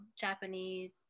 Japanese